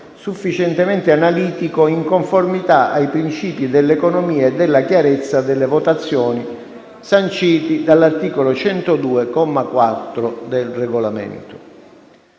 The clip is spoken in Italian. sufficientemente analitico in conformità ai principi dell'economia e della chiarezza delle votazioni sanciti dall'articolo 102, comma 4, del Regolamento.